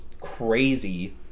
crazy